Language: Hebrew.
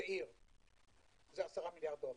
זה 10 מיליארד דולר.